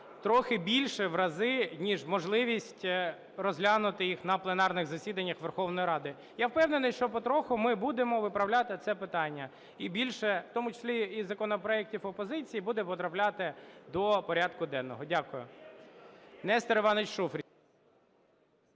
трохи більша в рази ніж можливість розглянути їх на пленарних засіданнях Верховної Ради. Я впевнений, що потроху ми будемо виправляти це питання. І більше, в тому числі і законопроектів опозиції, буде потрапляти до порядку денного. Дякую.